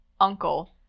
Uncle